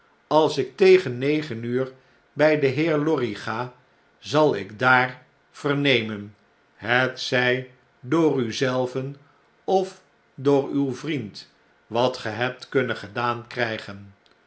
als ik tegen negen uur bn den heer lorry ga zal ik daar vernemen hetzy door u zelven of door uw vriend wat ge hebt kunnen gedaan krflgen